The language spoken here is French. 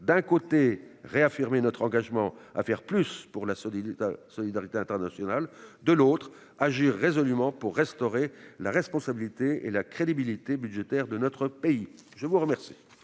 d'un côté, réaffirmer notre engagement à faire plus pour la solidarité internationale, de l'autre, agir résolument pour restaurer la responsabilité et la crédibilité budgétaires de notre pays. La parole